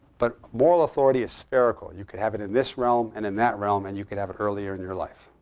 but moral authority is spherical. you could have it in this realm and in that realm. and you could have it earlier in your life.